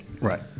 Right